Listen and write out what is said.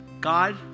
God